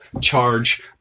charge